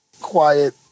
quiet